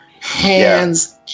hands